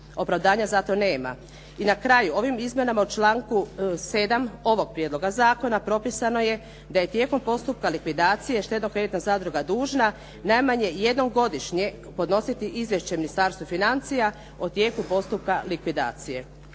Opravdanja za to nema. I na kraju, ovim izmjenama u članku 7. ovog prijedloga zakona propisano je da je tijekom postupka likvidacije štedno-kreditna zadruga dužna najmanje jednom godišnje podnositi izvješće Ministarstvu financija o tijeku postupka likvidacije.